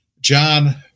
John